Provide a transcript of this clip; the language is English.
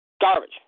Garbage